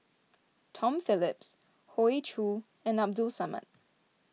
Tom Phillips Hoey Choo and Abdul Samad